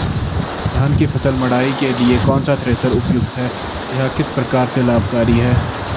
धान की फसल मड़ाई के लिए कौन सा थ्रेशर उपयुक्त है यह किस प्रकार से लाभकारी है?